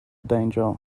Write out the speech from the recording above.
danger